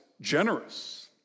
generous